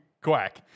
Quack